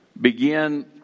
Begin